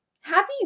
Happy